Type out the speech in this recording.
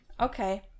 Okay